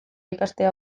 ikastea